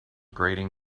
grating